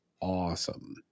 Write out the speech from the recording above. awesome